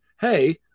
hey